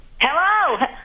Hello